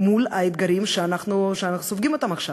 מול האתגרים, שאנחנו סופגים אותם עכשיו?